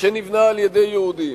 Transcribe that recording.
שנבנה על-ידי יהודים,